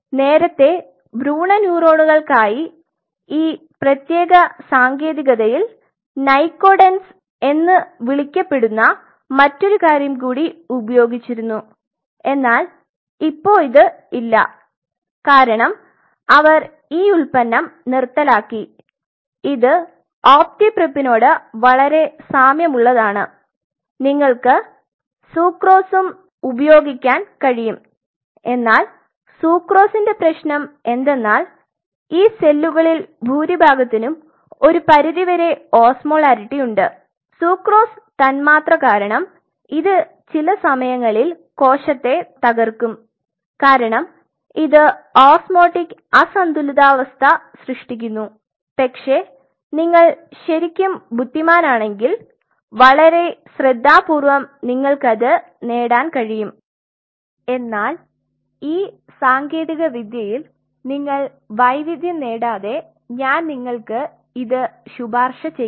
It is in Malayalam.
നേരത്തെ ഭ്രൂണ ന്യൂറോണുകൾക്കായി ഈ പ്രത്യേക സാങ്കേതികതയിൽ നൈകോഡെൻസ് എന്ന് വിളിക്കപ്പെടുന്ന മറ്റൊരു കാര്യം കുടി ഉപയോഗിച്ചിരുന്നു എന്നാൽ ഇപ്പോ ഇത് ഇല്ല കാരണം അവർ ഈ ഉൽപ്പന്നം നിർത്തലാക്കി ഇത് ഒപ്റ്റിപ്രീപ്പ്നോട് വളരെ സാമ്യമുള്ളതാണ് നിങ്ങൾക്ക് സുക്രോസും ഉപയോഗിക്കാൻ കഴിയും എന്നാൽ സുക്രോസിന്റെ പ്രെശ്നം എന്തെന്നാൽ ഈ സെല്ലുകളിൽ ഭൂരിഭാഗത്തിനും ഒരു പരിധിവരെ ഓസ്മോലാരിറ്റിയുണ്ട് സുക്രോസ് തന്മാത്ര കാരണം ഇത് ചില സമയങ്ങളിൽ കോശത്തെ തകർക്കും കാരണം ഇത് ഓസ്മോട്ടിക് അസന്തുലിതാവസ്ഥ സൃഷ്ടിക്കുന്നു പക്ഷേ നിങ്ങൾ ശരിക്കും ബുദ്ധിമാനാണെങ്കിൽ വളരെ ശ്രദ്ധാപൂർവ്വം നിങ്ങൾക്ക് അത് നേടാൻ കഴിയും പക്ഷേ ഈ സാങ്കേതികവിദ്യയിൽ നിങ്ങൾ വൈദഗ്ദ്ധ്യം നേടാതെ ഞാൻ നിങ്ങൾക് ഇത് ശുപാർശ ചെയ്യില്ല